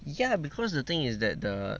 ya because the thing is that the